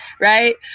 Right